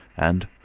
and,